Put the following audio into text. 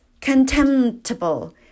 contemptible